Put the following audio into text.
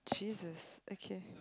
jesus okay